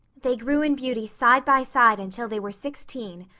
they grew in beauty side by side until they were sixteen.